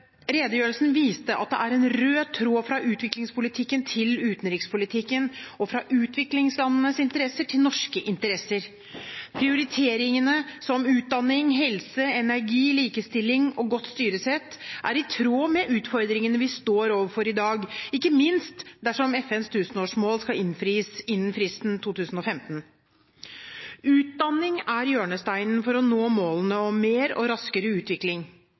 Redegjørelsen viste at det er en rød tråd fra utviklingspolitikken til utenrikspolitikken, og fra utviklingslandenes interesser til norske interesser. Prioritereringer som utdanning, helse, energi, likestilling og godt styresett er i tråd med utfordringene vi står overfor i dag, ikke minst dersom FNs tusenårsmål skal innfris innen fristen i 2015. Utdanning er hjørnesteinen for å nå målene om mer og raskere utvikling.